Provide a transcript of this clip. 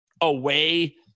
away